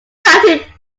county